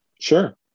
Sure